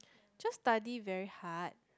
just study very hard